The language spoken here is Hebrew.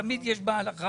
תמיד יש בהלכה.